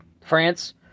France